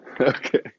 okay